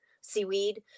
seaweed